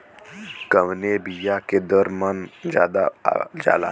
कवने बिया के दर मन ज्यादा जाला?